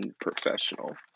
professional